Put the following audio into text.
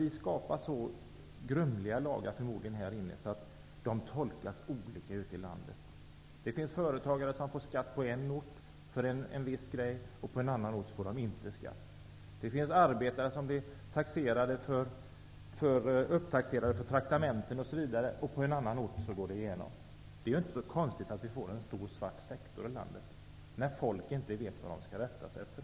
Vi skapar här i huset förmodligen så grumliga lagar att de tolkas på olika sätt på olika håll i landet. På en ort får en företagare betala skatt för en viss grej som man på en annan ort inte behöver betala skatt för. På en ort blir arbetare upptaxerade för traktamenten, medan de på en annan ort inte blir det. Det är inte så konstigt att vi får en stor svart sektor i landet när folk inte vet vad de skall rätta sig efter.